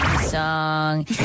song